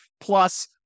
Plus